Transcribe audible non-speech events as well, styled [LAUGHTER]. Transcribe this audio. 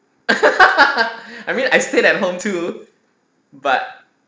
[LAUGHS] I mean I stayed at home too but